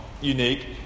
unique